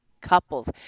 couples